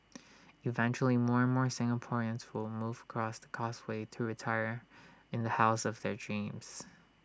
eventually more and more Singaporeans will move across the causeway to retire in the house of their dreams